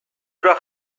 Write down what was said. ura